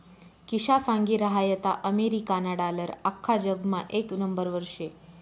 किशा सांगी रहायंता अमेरिकाना डालर आख्खा जगमा येक नंबरवर शे